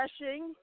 refreshing